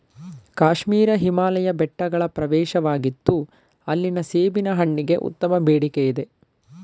ಕಾಶ್ಮೀರ ಹಿಮಾಲಯ ಬೆಟ್ಟಗಳ ಪ್ರವೇಶವಾಗಿತ್ತು ಅಲ್ಲಿನ ಸೇಬಿನ ಹಣ್ಣಿಗೆ ಉತ್ತಮ ಬೇಡಿಕೆಯಿದೆ